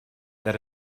that